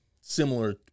similar